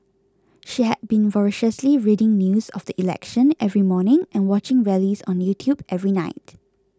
she had been voraciously reading news of the election every morning and watching rallies on YouTube every night